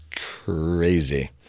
crazy